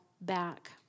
back